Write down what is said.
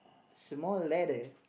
small ladder